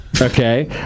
Okay